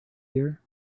here